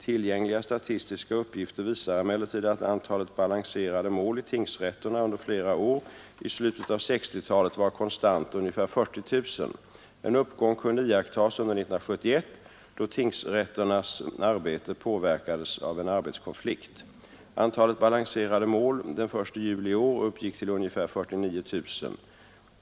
Tillgängliga statistiska uppgifter visar emellertid att antalet balanserade mål i tingsrätterna under flera år i slutet av sextiotalet var konstant ungefär 40 000. En uppgång kunde iakttas under 1971 då tingsrätternas arbete påverkades av en arbetskonflikt. Antalet balanserade mål den 1 juli i år uppgick till ungefär 49 000.